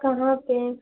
कहाँ पे